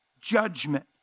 judgment